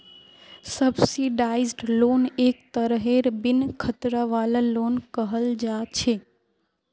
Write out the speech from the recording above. subsidised loan एक तरहेर बिन खतरा वाला लोन कहल जा छे